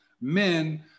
men